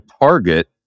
target